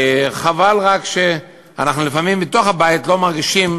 חבל רק שלפעמים אנחנו בתוך הבית לא מרגישים